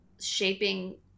shaping